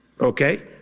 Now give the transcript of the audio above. Okay